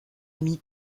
ami